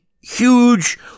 huge